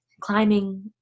climbing